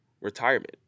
retirement